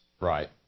Right